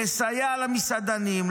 לסייע למסעדנים,